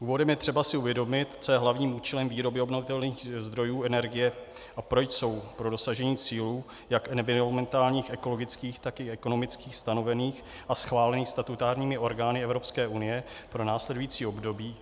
Úvodem si je třeba uvědomit, co je hlavním účelem výroby obnovitelných zdrojů energie a proč jsou pro dosažení cílů jak environmentálních, ekologických, tak i ekonomických, stanovených a schválených statutárními orgány Evropské unie pro následující období.